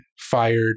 fired